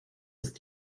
ist